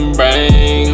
bring